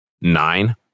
nine